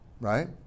Right